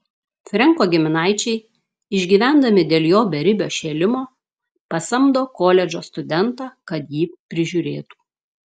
frenko giminaičiai išgyvendami dėl jo beribio šėlimo pasamdo koledžo studentą kad jį prižiūrėtų